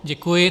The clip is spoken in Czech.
Děkuji.